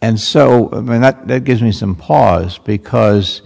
and so i mean that that gives me some pause because